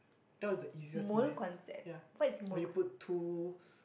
that was the easiest math ya we put two